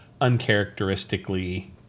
uncharacteristically